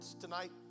tonight